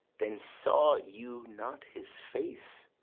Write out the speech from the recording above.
then saw you not his face?